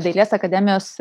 dailės akademijos